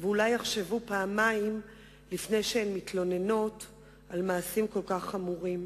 ואולי יחשבו פעמיים לפני שהן מתלוננות על מעשים כל כך חמורים.